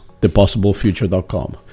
thepossiblefuture.com